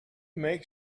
make